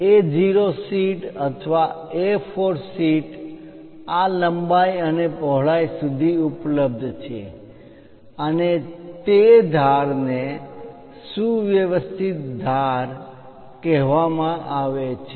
A0 sheet અથવા A4 sheet આ લંબાઈ અને પહોળાઈ સુધી ઉપલબ્ધ છે અને તે ધાર કોર ને સુવ્યવસ્થિત ધાર કોર કહેવામાં આવે છે